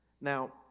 Now